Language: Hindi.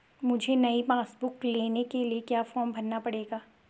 मुझे नयी पासबुक बुक लेने के लिए क्या फार्म भरना पड़ेगा?